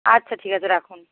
আচ্ছা ঠিক আছে রাখুন